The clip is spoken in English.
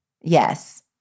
yes